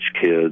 kids